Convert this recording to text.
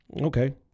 Okay